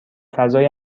فضای